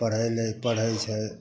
एहिलेल पढ़ै छै